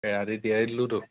এৰাতি তিয়াই দিলোতো